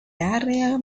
área